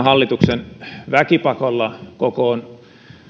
hallituksen väkipakolla kokoon